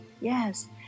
yes